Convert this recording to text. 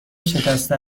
شکسته